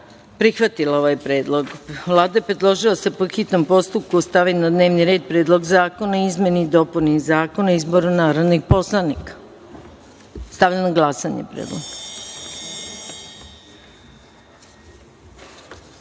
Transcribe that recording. prihvatila ovaj predlog. Vlada je predložila da se po hitnom postupku stavi na dnevni red Predlog zakona o izmeni i dopuni Zakona izbora narodnih poslanika. Stavljam na glasanje ovaj